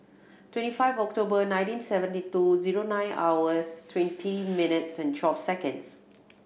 twenty five October nineteen seventy two zero nine hours twenty minutes and twelve seconds